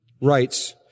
writes